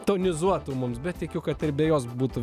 tonizuotų mums bet tikiu kad ir be jos būtų